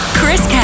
Chris